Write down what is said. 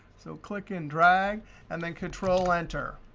so click and drag and then control enter.